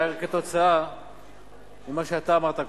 זה היה רק כתוצאה ממה שאתה אמרת קודם.